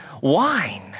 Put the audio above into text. wine